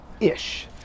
Ish